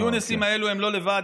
היונסים האלו הם לא לבד,